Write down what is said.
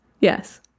yes